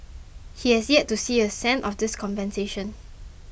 he has yet to see a cent of this compensation